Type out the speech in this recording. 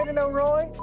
and no roy.